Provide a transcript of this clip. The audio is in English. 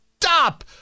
stop